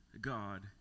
God